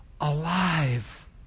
alive